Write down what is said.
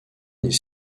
n’est